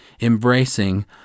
Embracing